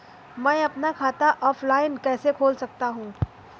मैं अपना खाता ऑफलाइन कैसे खोल सकता हूँ?